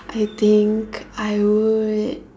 I think I would